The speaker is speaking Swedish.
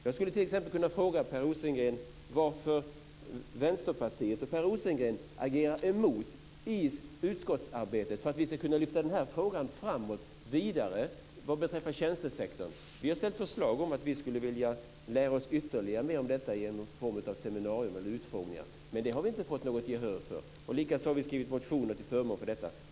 Jag skulle t.ex. kunna fråga Per Rosengren varför han och Vänsterpartiet i utskottsarbetet agerar emot att vi ska kunna lyfta frågan om tjänstesektorn framåt och komma vidare. Vi har sagt att vi skulle vilja lära oss ytterligare om detta genom någon form av seminarier eller utfrågningar, men det har vi inte fått något gehör för. Likaså har vi skrivit motioner till förmån för detta.